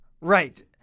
Right